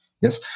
Yes